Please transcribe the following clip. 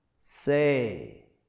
Say